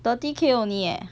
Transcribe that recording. thirty K only eh